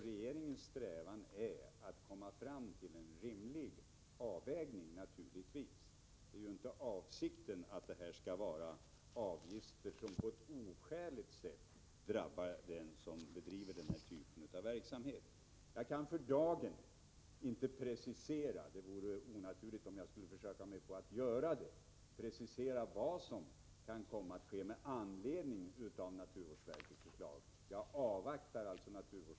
Regeringens strävan är naturligtvis att komma fram till en rimlig avvägning. Avsikten är ju inte att ha en avgift som på ett oskäligt sätt drabbar den som bedriver den här typen av verksamhet. Jag kan för dagen inte precisera — det vore onaturligt om jag skulle försöka mig på att göra det — vad som kan komma att ske med anledning av naturvårdsverkets förslag. Jag avvaktar alltså.